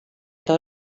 eta